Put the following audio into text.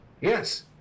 Yes